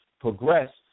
progressed